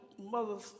mothers